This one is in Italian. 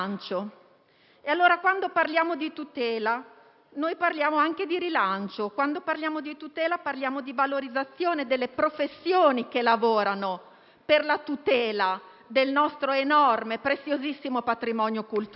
Quando parliamo di tutela, parliamo anche di rilancio e di valorizzazione delle professioni che lavorano per la tutela del nostro enorme e preziosissimo patrimonio culturale.